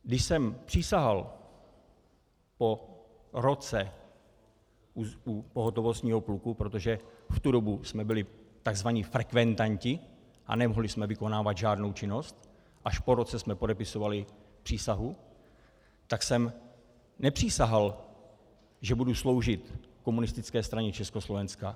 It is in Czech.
Když jsem přísahal po roce u pohotovostního pluku, protože v tu dobu jsme byli tzv. frekventanti a nemohli jsme vykonávat žádnou činnost, až po roce jsme podepisovali přísahu, tak jsem nepřísahal, že budu sloužit Komunistické straně Československa.